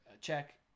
check